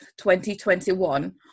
2021